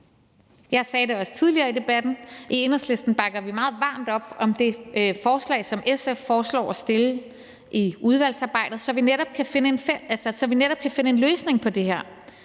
Jeg sagde det også tidligere i debatten: I Enhedslisten bakker vi meget varmt op om det forslag, som SF foreslår at stille i udvalgsarbejdet, så vi netop kan finde en løsning på det her,